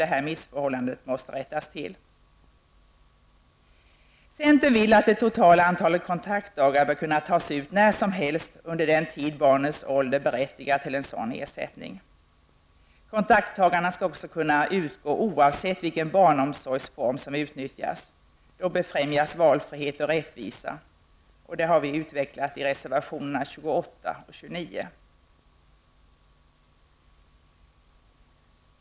Detta missförhållande måste rättas till. Centern vill att det totala antalet kontaktdagar skall kunna tas ut när som helst under den tid som barnets ålder berättigar till en sådan ersättning. Kontaktdagarna skall också kunna utgå oavsett vilken barnomsorgsform som utnyttjas. Då befrämjas valfrihet och rättvisa. Detta har vi utvecklat i reservationerna 28 och 29.